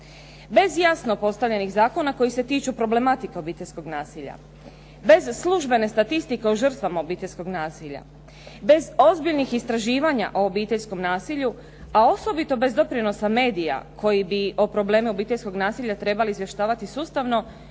Bez jasno postavljenih zakona koji se tiču problematike obiteljskog nasilja, bez službene statistike o žrtvama obiteljskog nasilja, bez ozbiljnih istraživanja o obiteljskom nasilju, a osobito bez doprinosa medija koji bi o problemu obiteljskog nasilja trebali izvještavati sustavno,